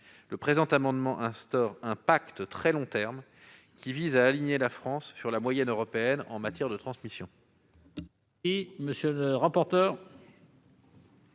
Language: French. le présent amendement vise à instaurer un pacte de très long terme qui permettrait d'aligner la France sur la moyenne européenne en matière de transmission